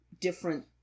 different